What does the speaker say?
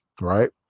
Right